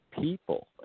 people